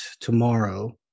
tomorrow